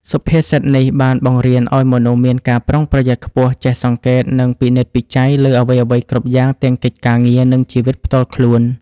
សុភាសិតនេះ បានបង្រៀនឱ្យមនុស្សមានការប្រុងប្រយ័ត្នខ្ពស់ ចេះសង្កេត និងពិនិត្យពិច័យលើអ្វីៗគ្រប់យ៉ាង ទាំងកិច្ចការងារ និងជីវិតផ្ទាល់ខ្លួន។